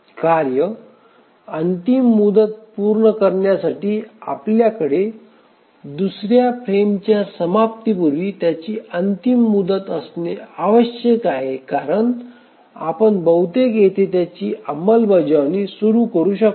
कार्य अंतिम मुदत पूर्ण करण्यासाठी आपल्याकडे दुसऱ्या फ्रेमच्या समाप्तीपूर्वी त्याची अंतिम मुदत असणे आवश्यक आहे कारण आपण बहुतेक येथे त्याची अंमलबजावणी सुरू करू शकतो